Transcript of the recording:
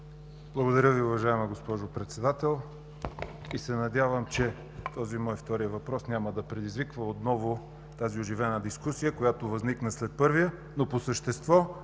Благодаря Ви, уважаема госпожо Председател! Надявам се, че този мой втори въпрос няма да предизвика отново тази оживена дискусия, която възникна след първия. По същество.